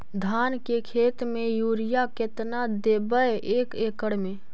धान के खेत में युरिया केतना देबै एक एकड़ में?